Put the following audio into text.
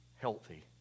healthy